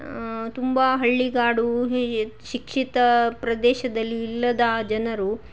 ತುಂಬಾ ಹಳ್ಳಿಗಾಡು ಹೇಗೆ ಶಿಕ್ಷಿತ ಪ್ರದೇಶದಲ್ಲಿ ಇಲ್ಲದ ಜನರು